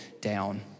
down